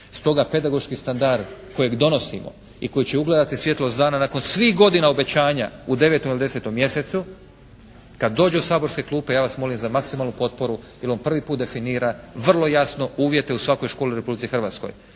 Stoga pedagoški standard kojeg donosimo i koji će ugledati svjetlost dana nakon svih godina obećanja u 9. ili 10. mjesecu kada dođe u saborske klupe ja vas molim za maksimalnu potporu, jer on prvi puta definira vrlo jasno uvjete u svakoj školi u Republici Hrvatskoj